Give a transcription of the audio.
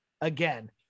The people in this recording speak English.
again